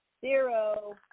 Zero